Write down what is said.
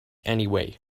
anyway